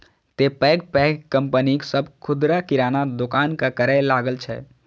तें पैघ पैघ कंपनी सभ खुदरा किराना दोकानक करै लागल छै